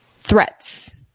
threats